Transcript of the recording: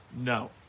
no